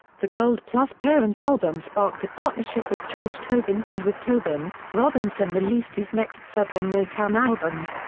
the gold-plus parent album sparked a partnership with george tobin and with tobin, robinson released his next several motown albums,